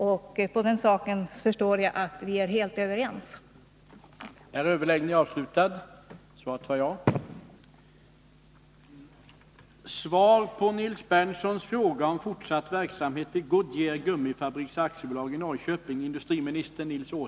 Jag förstår att statsrådet och jag är helt överens i det avseendet.